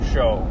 Show